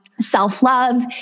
self-love